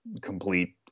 complete